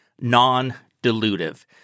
non-dilutive